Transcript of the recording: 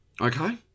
okay